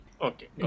Okay